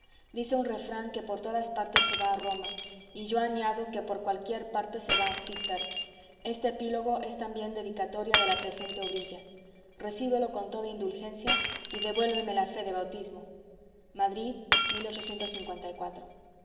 dice un refrán que por todas partes se va a roma y yo añado que por cualquier parte se va a spitzberg este epílogo es también la dedicatoria de la presente obrilla recíbelo todo con indulgencia y devuélveme la fe de bautismo madrid idiomatic commentary n